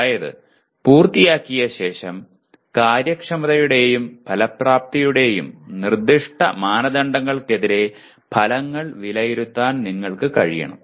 അതായത് പൂർത്തിയാക്കിയ ശേഷം കാര്യക്ഷമതയുടെയും ഫലപ്രാപ്തിയുടെയും നിർദ്ദിഷ്ട മാനദണ്ഡങ്ങൾക്കെതിരെ ഫലങ്ങൾ വിലയിരുത്താൻ നിങ്ങൾക്ക് കഴിയണം